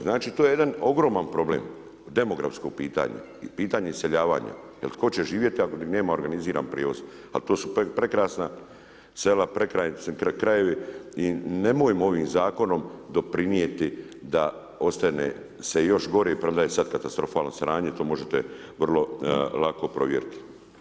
Znači to je jedan ogroman problem po demografskom pitanju i pitanje iseljavanja, jer tko će živjeti ako nema organiziran prijevoz, ali to su prekrasna sela, prekrasni krajevi i nemojmo ovim zakonom doprinijeti da ostane se još gori i prodaje sad katastrofalno sranje, to možete vrlo lako provjeriti.